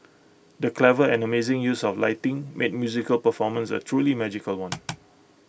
the clever and amazing use of lighting made musical performance A truly magical one